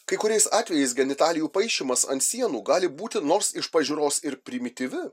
kai kuriais atvejais genitalijų paišymas ant sienų gali būti nors iš pažiūros ir primityvi